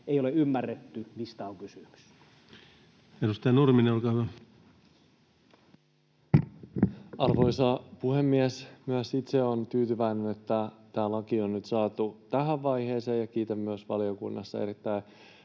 ei ole ymmärretty, mistä on kysymys. Edustaja Nurminen, olkaa hyvä. Arvoisa puhemies! Myös itse olen tyytyväinen, että tämä laki on nyt saatu tähän vaiheeseen, ja kiitän myös valiokuntaa erittäin